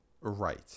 Right